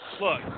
Look